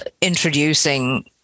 introducing